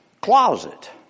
Closet